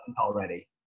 already